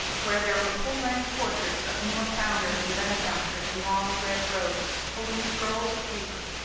where there were full-length portraits of more founders and benefactors in long red robes, holding scrolls of paper,